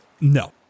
No